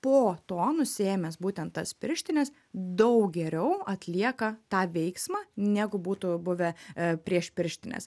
po to nusiėmęs būtent tas pirštines daug geriau atlieka tą veiksmą negu būtų buvę a prieš pirštines